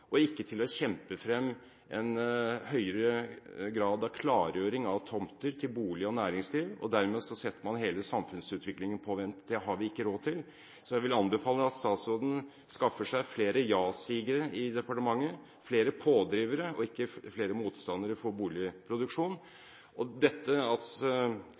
og ikke på å kjempe frem en høyere grad av klargjøring av tomter til boliger og næringsliv. Dermed setter man hele samfunnsutviklingen på vent. Det har vi ikke råd til. Jeg vil anbefale statsråden å skaffe seg flere «ja-sigere» i departementet, flere pådrivere, og ikke flere motstandere mot boligproduksjon. Dette